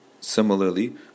similarly